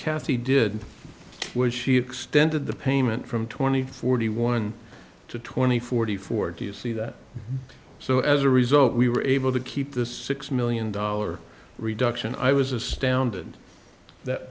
kathy did was she extended the payment from twenty forty one to twenty forty four do you see that so as a result we were able to keep the six million dollar reduction i was astounded that